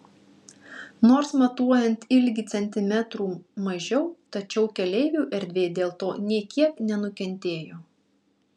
nors matuojant ilgį centimetrų mažiau tačiau keleivių erdvė dėl to nė kiek nenukentėjo